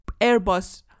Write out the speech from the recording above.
Airbus